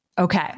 Okay